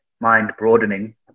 mind-broadening